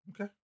okay